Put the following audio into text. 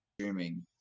streaming